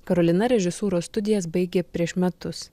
karolina režisūros studijas baigė prieš metus